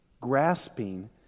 grasping